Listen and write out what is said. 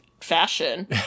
fashion